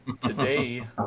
today